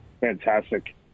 fantastic